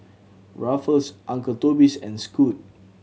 Ruffles Uncle Toby's and Scoot